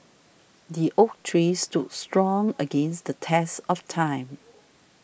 the oak tree stood strong against the test of time